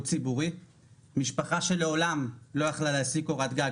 ציבורי משפחה שלעולם לא יכלה להשיג קורת גג,